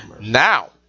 Now